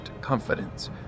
confidence